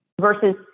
versus